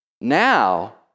now